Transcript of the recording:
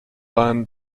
line